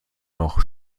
noch